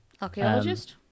Archaeologist